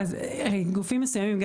גופים מסוימים,